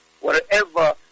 wherever